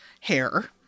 hair